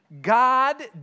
God